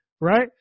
right